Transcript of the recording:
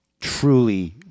truly